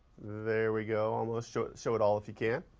there we go, um ah show it show it all if you can.